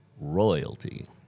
royalty